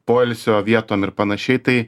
poilsio vieton ir panašiai tai